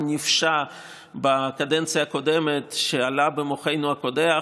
נפשע בקדנציה הקודמת שעלה במוחנו הקודח.